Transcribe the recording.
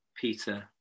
Peter